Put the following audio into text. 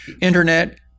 Internet